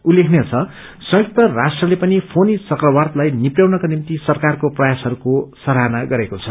उल्लेखनीय छ संयुक्त राष्ट्रले पनि फोनी चक्रवातलाई निप्टयाउनका निम्ति सरकारको प्रयासहरूको सराहना गरेको छ